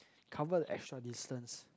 cover the extra distance